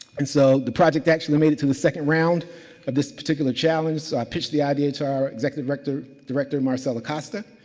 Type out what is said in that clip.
and so, the project actually made it to the second round of this particular challenge. so, i pitched the idea to our executive director, director marcel acosta.